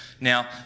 Now